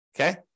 okay